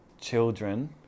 children